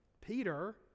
Peter